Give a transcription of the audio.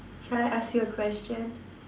shall I ask you a question